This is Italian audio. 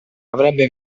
avrebbe